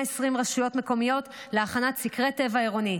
רשויות מקומיות להכנת סקרי טבע עירוני.